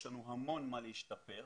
יש לנו המון להשתפר,